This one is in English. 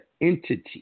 entity